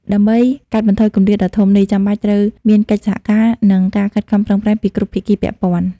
ដើម្បីកាត់បន្ថយគម្លាតដ៏ធំនេះ ចាំបាច់ត្រូវមានកិច្ចសហការ និងការខិតខំប្រឹងប្រែងពីគ្រប់ភាគីពាក់ព័ន្ធ។